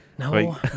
No